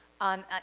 on